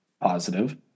positive